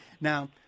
Now